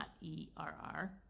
E-R-R